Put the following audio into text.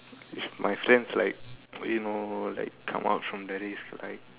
if my friends like you know like come out from the risk like